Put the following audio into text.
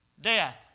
Death